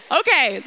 okay